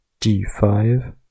d5